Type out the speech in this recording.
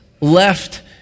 left